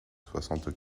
soixante